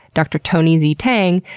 dr. tony z. tang,